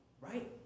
right